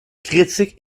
critiques